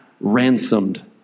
ransomed